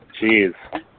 Jeez